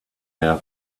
our